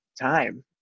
time